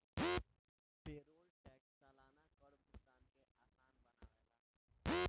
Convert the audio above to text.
payroll tax सलाना कर भुगतान के आसान बनावेला